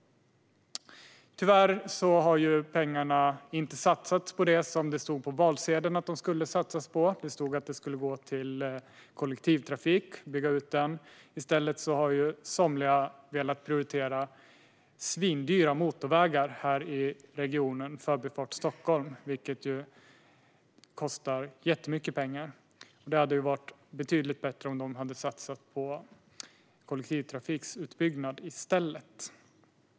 Tyvärr har pengarna inte satsats på det som de skulle satsas på, enligt valsedeln. Det stod att de skulle gå till att bygga ut kollektivtrafiken. I stället har somliga velat prioritera svindyra motorvägar i regionen; Förbifart Stockholm kostar jättemycket pengar. Det hade varit betydligt bättre om man i stället hade satsat på kollektivtrafikutbyggnad.